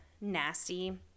nasty